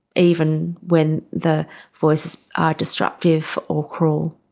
even when the voices are disruptive or cruel.